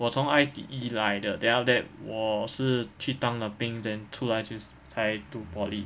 我从 I_T_E 来的 then after that 我是去当了兵 then 出来就是才读 poly